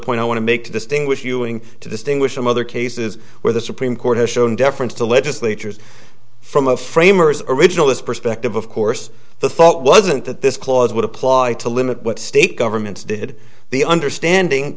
point i want to make to distinguish ewing to distinguish from other cases where the supreme court has shown deference to legislatures from a framers originalist perspective of course the thought wasn't that this clause would apply to limit what state governments did the understanding